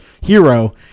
hero